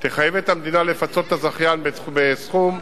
תחייב את המדינה לפצות את הזכיין בסכום של,